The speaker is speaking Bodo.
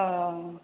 अह